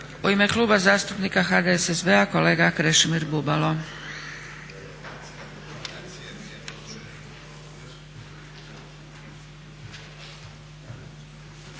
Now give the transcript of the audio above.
U ime Kluba zastupnika HDSSB-a kolega Krešimir Bubalo.